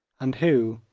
and who,